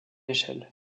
échelle